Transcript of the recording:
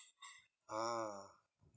ah